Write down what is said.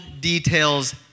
details